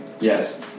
Yes